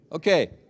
Okay